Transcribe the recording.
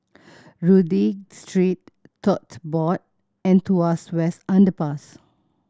Rodyk Street Tote Board and Tuas West Underpass